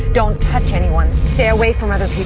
don't touch anyone. stay away from other people